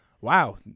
Wow